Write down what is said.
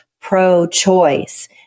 pro-choice